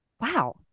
wow